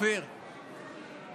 תודה רבה לשר המקשר.